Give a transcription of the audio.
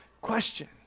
question